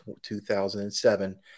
2007